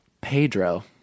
Pedro